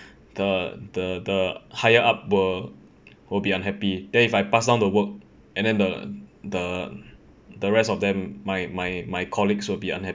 the the the higher up will will be unhappy then if I pass down the work and then the the the rest of them my my my colleagues will be unhappy